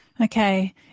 Okay